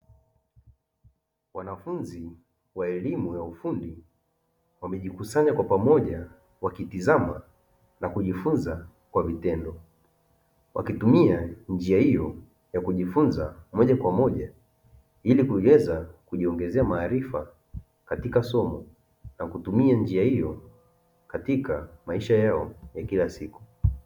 Wanafunzi wa elimu ya ufundi wamejikusanya kwa pamoja wakitazama na kujifunza kwa vitendo. Wakitumia njia hiyo ya kujifunza moja kwa moja, ili kuweza kujiongezea maarifa katika somo, na kutumia njia hiyo katika maisha yao ya kila siku.